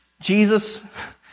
Jesus